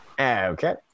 okay